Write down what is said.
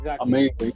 amazing